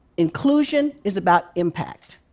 inclusion is about impact.